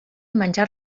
menjar